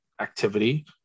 activity